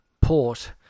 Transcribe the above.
port